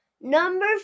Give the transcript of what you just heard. number